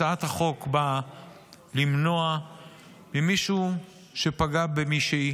הצעת החוק באה למנוע ממישהו שפגע במישהי